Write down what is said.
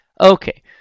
Okay